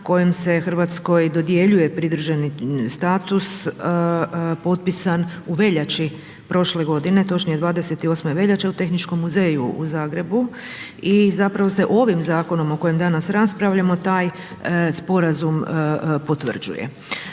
kojim se Hrvatskoj dodjeljuje pridruženi status potpisan u veljači prošle godine točnije 28. veljače u Tehničkom muzeju u Zagrebu. I zapravo se ovim zakonom o kojem danas raspravljamo taj sporazum potvrđuje.